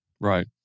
right